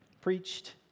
preached